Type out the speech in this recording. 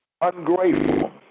ungrateful